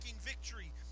victory